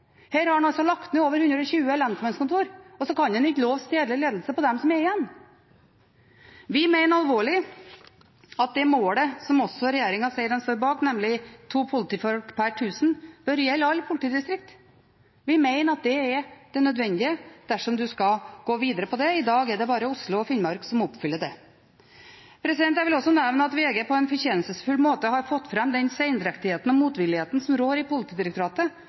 Her har han lagt ned over 120 lensmannskontor, og så kan han ikke love stedlig ledelse på dem som er igjen. Vi mener alvorlig at det målet, som også regjeringen sier de står bak, nemlig to politifolk per tusen innbyggere, bør gjelde alle politidistriktene. Vi mener det er det nødvendige dersom en skal gå videre med det. I dag er det bare Oslo og Finnmark som oppfyller dette. Jeg vil også nevne at VG på en fortjenstfull måte har fått fram den sendrektigheten og motvilligheten som råder i Politidirektoratet